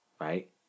right